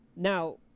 Now